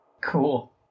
Cool